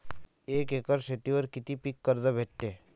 एक एकर शेतीवर किती पीक कर्ज भेटते?